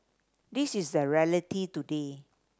this is the reality today